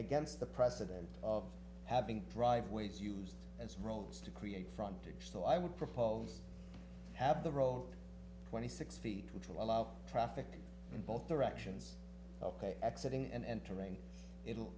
against the president of having driveways used as rolls to create frontage so i would propose have the roll twenty six feet which will allow traffic in both directions accepting and entering it